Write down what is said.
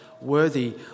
worthy